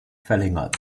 verlängert